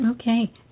Okay